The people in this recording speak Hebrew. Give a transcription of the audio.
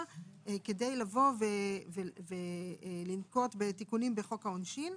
כדי לבוא ולנקוט בתיקונים בחוק העונשין?